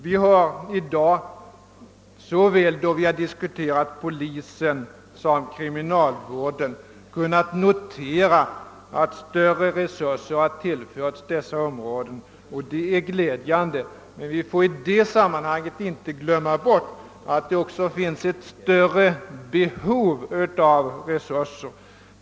Vi har i dag såväl då vi diskuterat polisen som då vi diskuterat kriminalvården kunnat notera att större resurser tillförts dessa områden, och det är glädjande. Men vi får i sammanhanget inte glömma att det finns ytterligare behov av resurser.